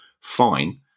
fine